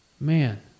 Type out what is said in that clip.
Man